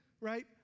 right